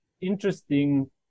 interesting